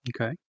Okay